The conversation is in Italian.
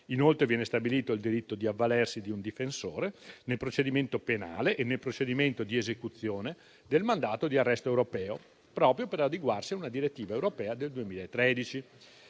Inoltre, viene stabilito il diritto di avvalersi di un difensore nel procedimento penale e nel procedimento di esecuzione del mandato di arresto europeo, proprio per adeguarsi a una direttiva europea del 2013.